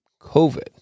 COVID